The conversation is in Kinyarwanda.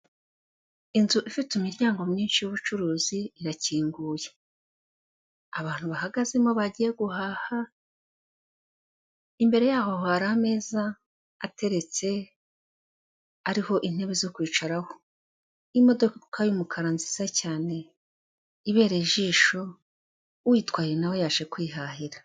Inzu ifite imiryango myinshi y'ubucuruzi irakinguye, abantu bahagazemo bagiyeha; imbere yaho hari ameza ateretse ariho intebe zo kwicaraho, imodoka y'umukara nziza cyane ibereye ijisho; uyitwaye nawe yaje kwihahira.